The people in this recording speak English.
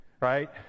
right